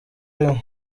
rimwe